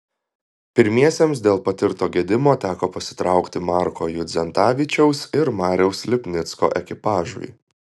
pirmiesiems dėl patirto gedimo teko pasitraukti marko judzentavičiaus ir mariaus lipnicko ekipažui